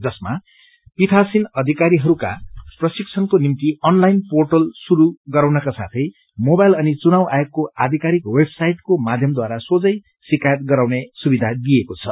जसमा पीठासीन अधिकारीहरूका प्रशिक्षणको निम्ति अनलाइन पोटल शुरू गराउनका साथै मोबाइल अनि चुनाव आयोगको अधिकारिक वेबसाइट को माध्यमद्वारा सौझै शिकायत गराउने सुविधा दिइएको छ